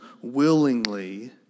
willingly